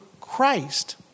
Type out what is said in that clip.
Christ